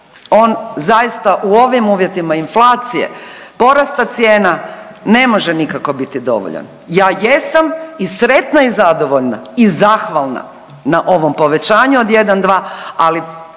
on zaista u ovim uvjetima inflacije, porasta cijena ne može nikako biti dovoljan. Ja jesam i sretna i zadovoljna i zahvalna na ovom povećanju od 1,2 ali